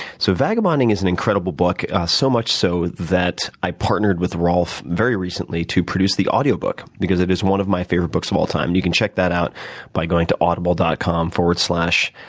so vagabonding is an incredible book so much so, that i partnered with rolf very recently to produce the audio book, because it is one of my favorite books of all time. and you can check that out by going to audible dot com, forward slash,